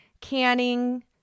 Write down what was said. canning